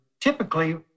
typically